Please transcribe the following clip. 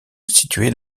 situées